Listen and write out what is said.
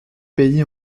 pays